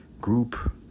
group